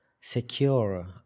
secure